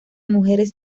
mujeres